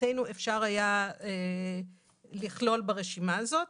מבחינתנו אפשר היה לכלול ברשימה הזאת.